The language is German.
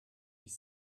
ich